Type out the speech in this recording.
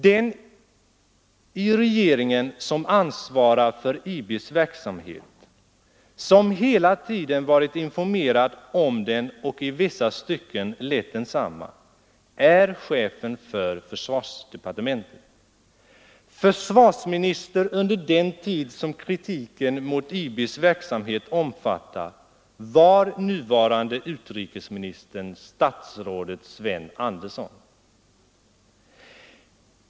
Den i regeringen som ansvarar för IB:s verksamhet, som hela tiden varit informerad om den och i vissa stycken lett densamma, är chefen för försvarsdepartementet. Försvarsminister under den tid som kritiken mot IB:s verksamhet omfattar var nuvarande utrikesministern statsrådet Sven Andersson.